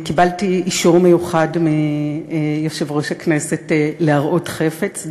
קיבלתי אישור מיוחד מיושב-ראש הכנסת להראות חפץ,